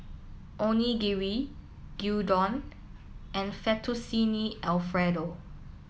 Onigiri Gyudon and Fettuccine Alfredo